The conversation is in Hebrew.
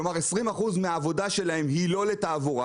כלומר, 20% מהעבודה שלהם היא לא לתעבורה.